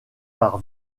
par